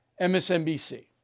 MSNBC